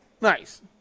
Nice